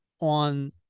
on